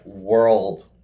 world